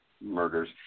murders